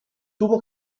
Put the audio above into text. tuvo